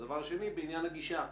דבר שני, לגבי הגישה.